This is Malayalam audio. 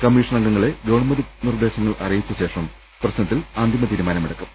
കമ്മി ഷൻ അംഗങ്ങളെ ഗവൺമെന്റ് നിർദ്ദേശങ്ങൾ അറിയിച്ചശേഷം പ്രശ്ന ത്തിൽ അന്തിമ തീരുമാനം എടുക്കും